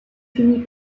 fini